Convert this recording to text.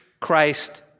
Christ